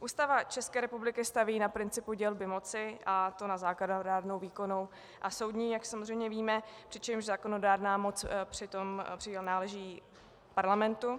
Ústava České republiky staví na principu dělby moci, a to na zákonodárnou, výkonnou a soudní, jak samozřejmě víme, přičemž zákonodárná moc přitom náleží Parlamentu.